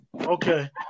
Okay